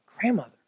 Grandmother